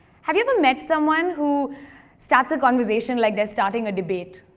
have you ever met someone who starts a conversation like they're starting a debate?